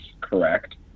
correct